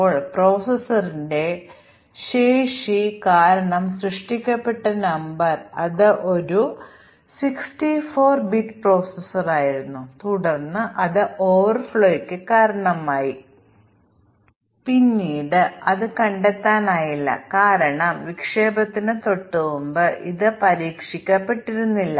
ഇവിടെ പ്രശ്നം നമ്മൾ ഒരു ബഗ് സൃഷ്ടിച്ചു ഞങ്ങൾ ഒരു മ്യൂട്ടന്റ് സൃഷ്ടിച്ചു ഒരു കോൺസ്റ്റന്റ് ന്റ്റെ മൂല്യം മാറ്റിയേക്കാം അല്ലെങ്കിൽ നമ്മൾ രണ്ട് സ്റ്റേറ്റ്മെൻറ്കൾ പരസ്പരം മാറ്റിയേക്കാം എന്നാൽ സ്റ്റേറ്റ്മെൻറ്കൾ തമ്മിൽ യാതൊരു ഡിപെൻഡൻസി ഇല്ലാത്തതിനാൽ ഇന്റർചേഞ്ച് സ്റ്റേറ്റ്മെൻറ് ശരിക്കും ഒരു ബഗ് അല്ല